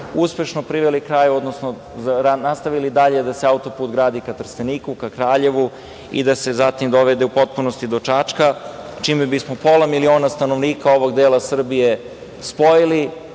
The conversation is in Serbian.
uspešno priveli kraju, odnosno nastavili dalje da se auto-put gradi ka Trsteniku, ka Kraljevu, i da se zatim dovede u potpunosti do Čačka, čime bismo pola miliona stanovnika ovog dela Srbije spojili